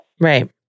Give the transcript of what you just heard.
Right